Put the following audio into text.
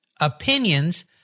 opinions